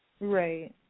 Right